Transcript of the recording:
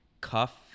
cuff